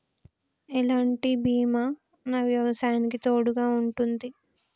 ఎలాంటి బీమా నా వ్యవసాయానికి తోడుగా ఉంటుంది?